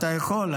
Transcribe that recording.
אתה יכול,